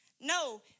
No